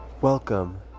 Welcome